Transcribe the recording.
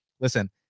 Listen